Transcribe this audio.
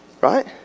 Right